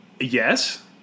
Yes